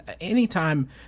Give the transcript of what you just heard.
anytime